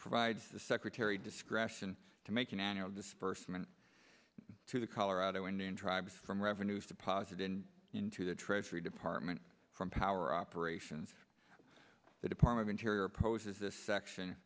provides the secretary discretion to make an annual disbursement to the colorado indian tribes from revenues deposited into the treasury department from power operations the department of interior opposes this section